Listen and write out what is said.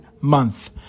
month